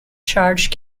charge